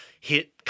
hit